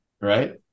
right